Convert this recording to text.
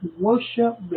worship